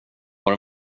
har